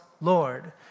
lord